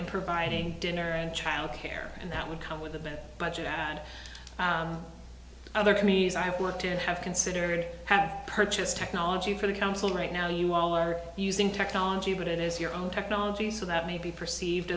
in providing dinner and child care and that would come with a bit budget had other communities i've worked in have considered have purchased technology for the council right now you are using technology but it is your own technology so that may be perceived